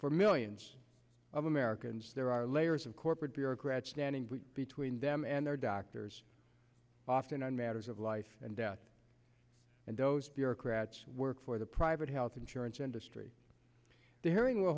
for millions of americans there are layers of corporate bureaucrats standing between them and their doctors often on matters of life and death and those bureaucrats work for the private health insurance industry the hearing will